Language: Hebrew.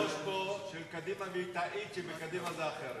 היושבת-ראש של קדימה נמצאת פה והיא תעיד שבקדימה זה אחרת.